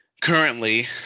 currently